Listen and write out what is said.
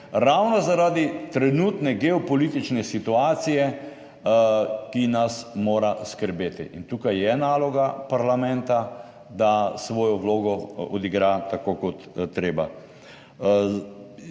ravno zaradi trenutne geopolitične situacije, ki nas mora skrbeti. In tukaj je naloga parlamenta, da svojo vlogo odigra tako, kot je treba.